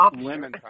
lemon